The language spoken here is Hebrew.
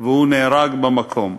והוא נהרג במקום.